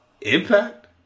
Impact